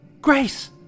Grace